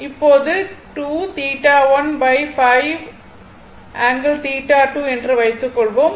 இப்போது 2∠1 5∠2 என்று வைத்துக் கொள்வோம்